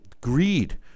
Greed